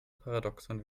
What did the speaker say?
paradoxon